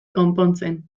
konpontzen